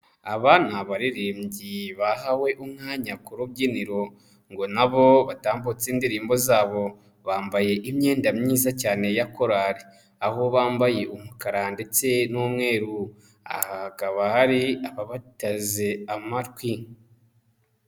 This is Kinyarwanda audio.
Aba ni abaririmbyi bahawe umwanya ku rubyiniro ngo na bo batambutse indirimbo zabo, bambaye imyenda myiza cyane ya korari, aho bambaye umukara ndetse n'umweru, aha hakaba hari ababateze amatwi.